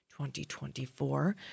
2024